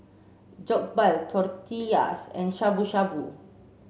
Jokbal Tortillas and Shabu Shabu